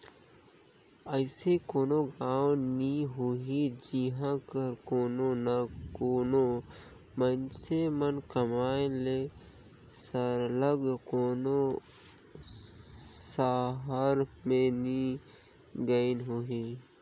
अइसे कोनो गाँव नी होही जिहां कर कोनो ना कोनो मइनसे मन कमाए ले सरलग कोनो सहर में नी गइन होहीं